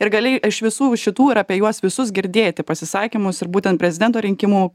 ir gali iš visų šitų ir apie juos visus girdėti pasisakymus ir būtent prezidento rinkimų